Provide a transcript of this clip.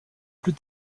plus